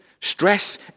Stress